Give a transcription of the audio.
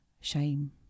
Shame